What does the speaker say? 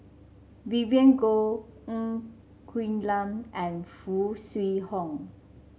Vivien Goh Ng Quee Lam and Foo Kwee Horng